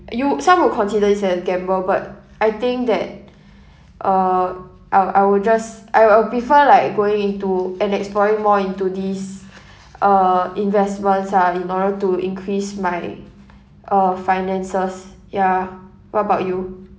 you some would consider this as a gamble but I think that uh I'll I will just I'll I'll prefer like going into and exploring more into these uh investments ah in order to increase my uh finances ya what about you